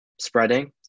spreading